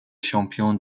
champions